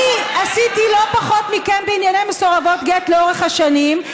אני עשיתי לא פחות מכן בענייני מסורבות גט לאורך השנים.